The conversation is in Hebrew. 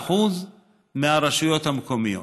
ל-35% מהרשויות המקומיות,